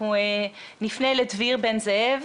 אנחנו נפנה לדביר בן זאב,